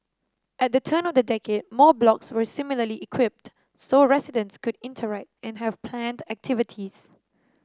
at the turn of the decade more blocks were similarly equipped so residents could interact and have planned activities